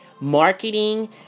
marketing